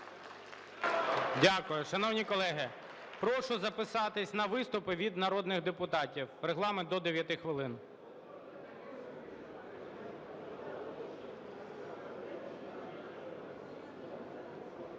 Дякую. Шановні колеги, прошу записатись на виступи від народних депутатів. Регламент - до 9 хвилин.